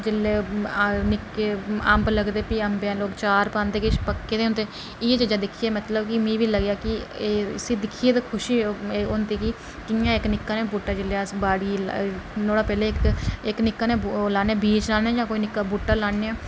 जेल्लै निक्के अंब लगदे फ्ही अंबे दा लोक चार पांदे ते किश पक्के दे होंदे इयै चीजां दिक्खियै में मतलब कि मि बी लगदा है कि इसी दिक्खयै ते खुशी होंदी कि कियां इक निक्का जेहा बूहटा जेल्लै अस बाड़ियै च लान्ने आं नुआडा पैहलें इक निक्का जेहा